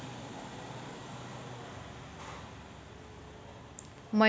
मइन्याचा हप्ता कितीक रुपये भरता येईल?